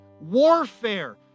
warfare